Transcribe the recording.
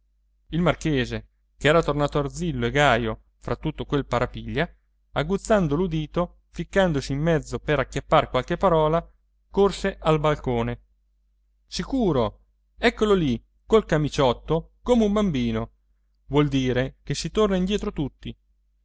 il marchese ch'era tornato arzillo e gaio fra tutto quel parapiglia aguzzando l'udito ficcandosi in mezzo per acchiappar qualche parola corse al balcone sicuro eccolo lì col camiciotto come un bambino vuol dire che si torna indietro tutti